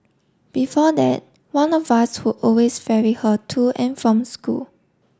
before that one of us who always ferry her to and from school